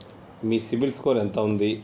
మీ CIBIL score ఎంత ఉంది?